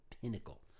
pinnacle